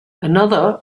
another